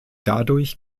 dadurch